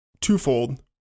twofold